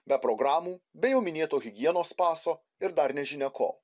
be programų be jau minėto higienos paso ir dar nežinia ko